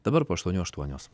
dabar po aštuonių aštuonios